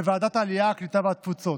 לוועדת העלייה, הקליטה והתפוצות.